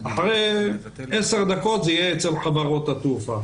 כעבור 10 דקות זה יהיה אצל חברות התעופה.